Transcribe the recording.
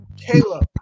Caleb